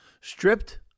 stripped